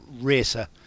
racer